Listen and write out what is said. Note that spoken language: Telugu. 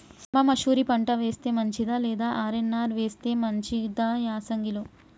సాంబ మషూరి పంట వేస్తే మంచిదా లేదా ఆర్.ఎన్.ఆర్ వేస్తే మంచిదా యాసంగి లో?